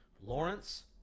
Lawrence